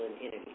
energy